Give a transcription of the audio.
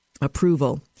approval